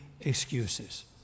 excuses